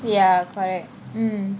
ya correct mm